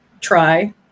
try